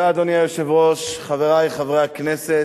אדוני היושב-ראש, תודה, חברי חברי הכנסת,